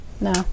No